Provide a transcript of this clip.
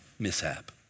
Mishap